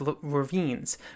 ravines